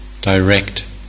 direct